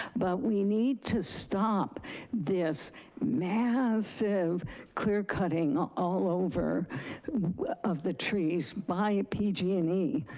but we need to stop this massive clear-cutting all over of the trees by pg and e.